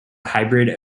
hybrid